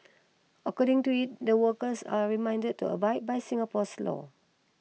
according to it the workers are reminded to abide by Singapore's laws